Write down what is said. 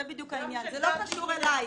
זה בדיוק העניין, זה לא קשור אלייך.